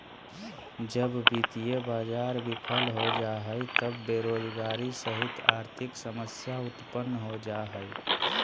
जब वित्तीय बाज़ार बिफल हो जा हइ त बेरोजगारी सहित आर्थिक समस्या उतपन्न हो जा हइ